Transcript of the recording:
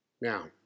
Now